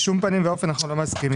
בשום פנים ואופן אנחנו לא מסכימים.